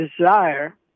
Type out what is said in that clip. desire